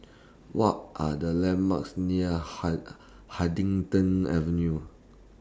What Are The landmarks near hud Huddington Avenue